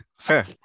fair